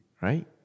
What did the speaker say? right